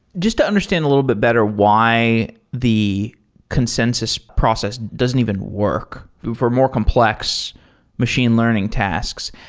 just to understand a little bit better why the consensus process doesn't even work for more complex machine learning tasks,